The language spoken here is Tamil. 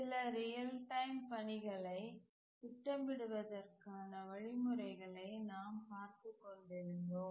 சில ரியல் டைம் பணிகளை திட்டமிடுவதற்கான வழிமுறைகளை நாம் பார்த்துக்கொண்டிருந்தோம்